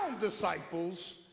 disciples